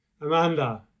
Amanda